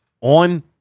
on